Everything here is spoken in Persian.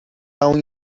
اون